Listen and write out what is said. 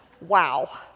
wow